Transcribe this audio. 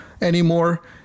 anymore